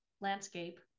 landscape